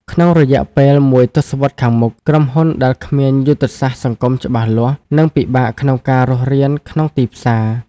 ក្នុងរយៈពេលមួយទសវត្សរ៍ខាងមុខ ក្រុមហ៊ុនដែលគ្មានយុទ្ធសាស្ត្រសង្គមច្បាស់លាស់នឹងពិបាកក្នុងការរស់រានក្នុងទីផ្សារ។